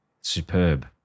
Superb